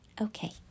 okay